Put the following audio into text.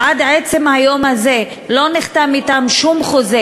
שעד עצם היום הזה לא נחתם אתם שום חוזה